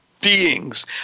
beings